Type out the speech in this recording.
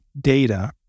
data